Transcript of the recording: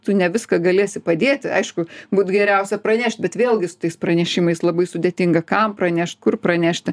tu ne viską galėsi padėti aišku būt geriausia pranešt bet vėlgi su tais pranešimais labai sudėtinga kam pranešt kur pranešti